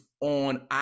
on